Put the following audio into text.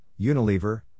Unilever